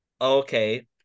okay